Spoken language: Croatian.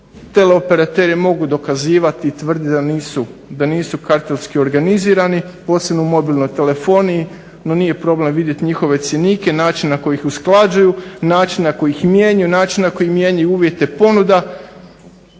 teleoperateri mogu dokazivati i tvrditi da nisu kartelski organizirani posebno u mobilnoj telefoniji, no nije problem vidjeti njihove cjenike, način na koji ih usklađuju, način na koji ih mijenjaju, način na koji mijenjaju uvjete ponuda.